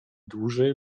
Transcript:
dłużej